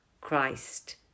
Christ